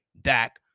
Dak